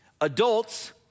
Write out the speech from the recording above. Adults